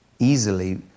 Easily